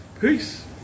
Peace